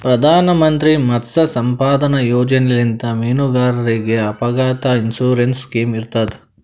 ಪ್ರಧಾನ್ ಮಂತ್ರಿ ಮತ್ಸ್ಯ ಸಂಪದಾ ಯೋಜನೆಲಿಂತ್ ಮೀನುಗಾರರಿಗ್ ಅಪಘಾತ್ ಇನ್ಸೂರೆನ್ಸ್ ಸ್ಕಿಮ್ ಇರ್ತದ್